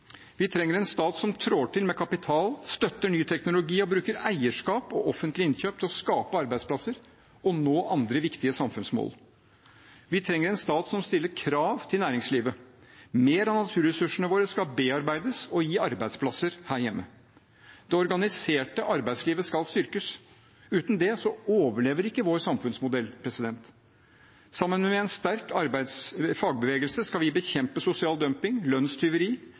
Vi trenger en stat som trår til med kapital, støtter ny teknologi og bruker eierskap og offentlige innkjøp til å skape arbeidsplasser og nå andre viktige samfunnsmål. Vi trenger en stat som stiller krav til næringslivet. Mer av naturressursene våre skal bearbeides og gi arbeidsplasser her hjemme. Det organiserte arbeidslivet skal styrkes. Uten det overlever ikke vår samfunnsmodell. Sammen med en sterk fagbevegelse skal vi bekjempe sosial dumping, lønnstyveri